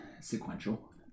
Sequential